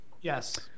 Yes